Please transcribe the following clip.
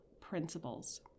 principles